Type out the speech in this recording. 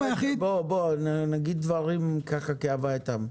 בוא נגיד דברים ככה כהווייתם,